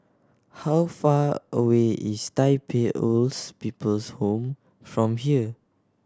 how far away is Tai Pei Old People's Home from here